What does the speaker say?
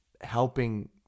helping